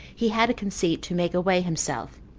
he had a conceit to make away himself.